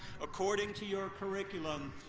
according to your curriculum,